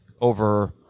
over